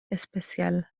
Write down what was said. especial